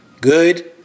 good